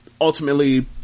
ultimately